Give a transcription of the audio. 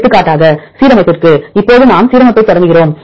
எடுத்துக்காட்டாக சீரமைப்புக்கு இப்போது நாம் சீரமைப்பைத் தொடங்குகிறோம்